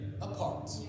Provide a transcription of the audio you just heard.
apart